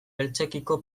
beltzekiko